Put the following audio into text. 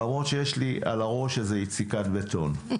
למרות שיש לי על הראש איזה יציקת בטון.